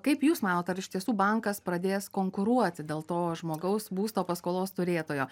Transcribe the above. kaip jūs manot ar iš tiesų bankas pradės konkuruoti dėl to žmogaus būsto paskolos turėtojo